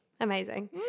amazing